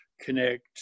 connect